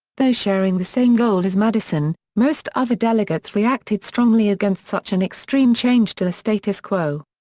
though sharing the same goal as madison, most other delegates reacted strongly against such an extreme change to the status quo.